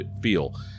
feel